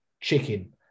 chicken